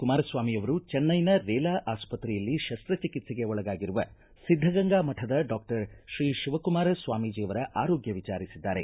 ಕುಮಾರಸ್ವಾಮಿ ಅವರು ಚೆನ್ನೈನ ರೇಲಾ ಆಸ್ಪತ್ರೆಯಲ್ಲಿ ಶಸ್ತ ಚಿಕಿತ್ಸೆಗೆ ಒಳಗಾಗಿರುವ ಸಿದ್ಧಗಂಗಾ ಮಠದ ಡಾಕ್ಟರ್ ಶ್ರೀ ಶಿವಕುಮಾರ್ ಸ್ವಾಮೀಜಿ ಅವರ ಆರೋಗ್ಯ ವಿಚಾರಿಸಿದ್ದಾರೆ